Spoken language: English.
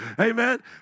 Amen